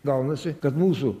gaunasi kad mūsų